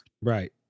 Right